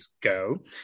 go